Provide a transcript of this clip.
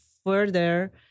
further